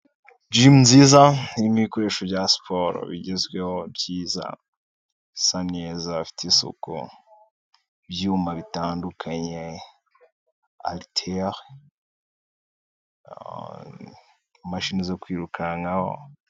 Jimu nziza nirimo ibikoresho bya siporo bigezweho byiza isa neza ifite isuku, ibyuma bitandukanye ariteli imashini zo kwirukankaho.